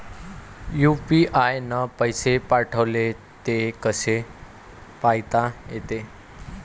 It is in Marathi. यू.पी.आय न पैसे पाठवले, ते कसे पायता येते?